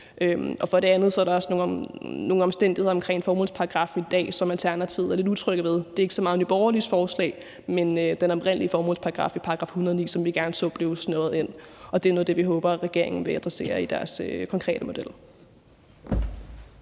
trygge ved. Så er der også nogle omstændigheder om formålsparagraffen i dag, som Alternativet er lidt utrygge ved. Det er ikke så meget Nye Borgerliges forslag, men den oprindelige formålsparagraf i § 109, som vi gerne så blev snævret ind, og det er noget af det, vi håber regeringen vil adressere i deres konkrete model.